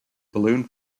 balloon